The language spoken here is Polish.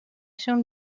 się